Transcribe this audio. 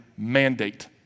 Mandate